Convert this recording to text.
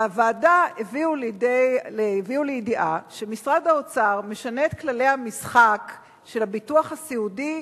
בוועדה הביאו לידיעה שמשרד האוצר משנה את כללי המשחק של הביטוח הסיעודי,